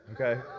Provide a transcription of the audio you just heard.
Okay